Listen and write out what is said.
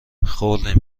خوردیم